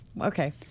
Okay